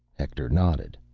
hector nodded.